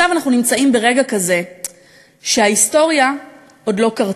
עכשיו אנחנו נמצאים ברגע כזה שההיסטוריה עוד לא קרתה,